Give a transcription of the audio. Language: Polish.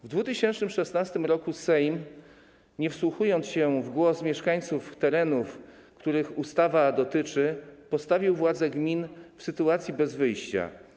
W 2016 r. Sejm, nie wsłuchawszy się w głos mieszkańców terenów, których ustawa dotyczy, postawił władze gmin w sytuacji bez wyjścia.